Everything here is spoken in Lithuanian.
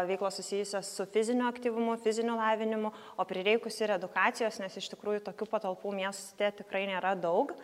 veiklos susijusios su fiziniu aktyvumu fiziniu lavinimu o prireikus ir edukacijos nes iš tikrųjų tokių patalpų mieste tikrai nėra daug